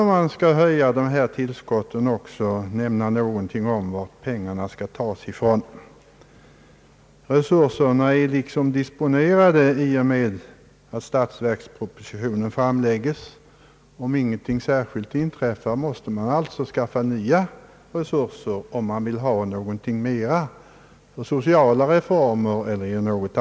Om någon nu vill ytterligare höja pensionstillskotten måste man också tala om varifrån pengarna skall tas. Resurserna är disponerade i och med att statsverkspropositionen har framlagts, och om inga särskilda omständigheter inträffar måste alltså nya resurser skapas för andra önskemål om sociala reformer eller dylikt.